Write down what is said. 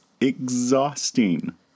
exhausting